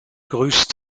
grüßt